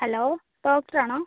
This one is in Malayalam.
ഹലോ ഡോക്ടറാണോ